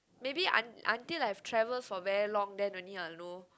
maybe un~ until I've travel for a very long then only I'll know